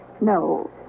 No